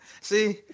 see